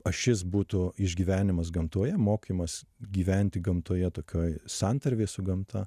ašis būtų išgyvenimas gamtoje mokymas gyventi gamtoje tokioj santarvėj su gamta